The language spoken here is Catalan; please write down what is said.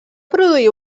produir